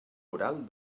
oral